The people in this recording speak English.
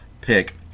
pick